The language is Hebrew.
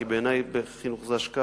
כי בעיני בחינוך זאת השקעה,